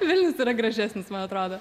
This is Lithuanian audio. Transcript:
vilnius yra gražesnis man atrodo